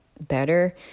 better